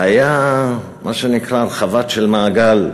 והייתה מה שנקרא הרחבה של המעגל,